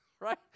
right